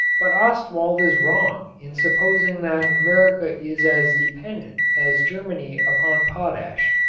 but ostwald is wrong in supposing that america is as dependent as germany upon potash.